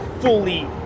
fully